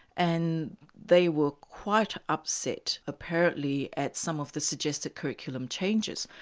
and they were quite upset apparently at some of the suggested curriculum changes.